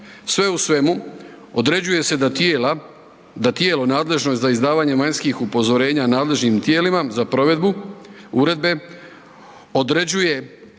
Sve u svemu određuje se da tijela, da tijelo nadležno za izdavanje vanjskih upozorenja nadležnim tijelima za provedbu uredbe određuje